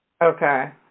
Okay